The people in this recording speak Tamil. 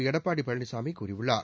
எடப்பாடி பழனிசாமி கூறியுள்ளார்